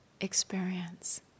experience